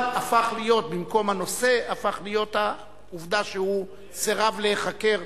אבל הנושא הפך להיות העובדה שהוא סירב להיחקר,